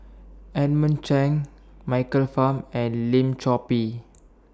Edmund Cheng Michael Fam and Lim Chor Pee